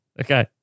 Okay